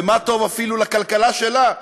ומה טוב אפילו לכלכלה שלה,